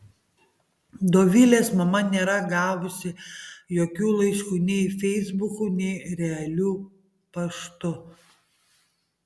dovilės mama nėra gavusi jokių laiškų nei feisbuku nei realiu paštu